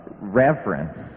reverence